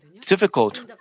difficult